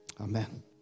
Amen